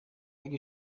اگه